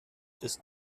ist